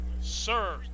sir